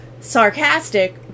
sarcastic